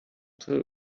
too